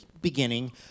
beginning